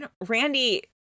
Randy